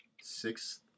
sixth